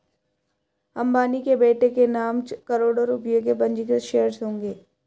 अंबानी के बेटे के नाम करोड़ों रुपए के पंजीकृत शेयर्स होंगे